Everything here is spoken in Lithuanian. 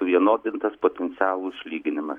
suvienodintas potencialų išlyginimas